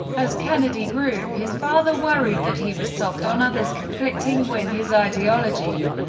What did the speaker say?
as kennedy grew, his father worried that he was soft on others, conflicting with his ideology.